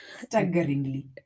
staggeringly